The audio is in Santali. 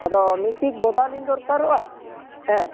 ᱟᱫᱚ ᱢᱤᱫᱴᱤᱡ ᱵᱚᱫᱟᱞᱤᱧ ᱫᱚᱨᱠᱟᱨᱚᱜᱼᱟ ᱦᱮᱸ